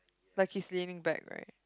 like he's leaning back right